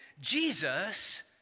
Jesus